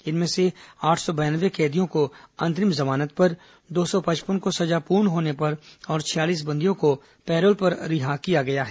इनमें से आठ सौ बयानवे कैदियों को अंतरिम जमानत पर दो सौ पचपन को सजा पूर्ण होने पर और छियालीस बंदियों को पैरोल पर रिहा किया गया है